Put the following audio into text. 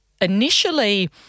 initially